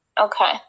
Okay